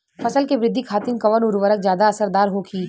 फसल के वृद्धि खातिन कवन उर्वरक ज्यादा असरदार होखि?